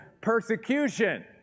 persecution